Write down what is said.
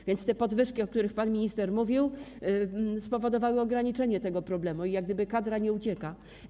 A więc te podwyżki, o których mówił pan minister, spowodowały ograniczenie tego problemu i jak gdyby kadra nie ucieka.